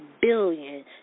billion